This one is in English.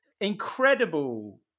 incredible